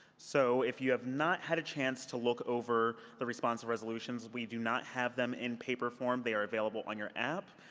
so if you have not had a chance to look over the responsive resolutions, we do not have them in paper form. they are available on your app.